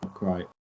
right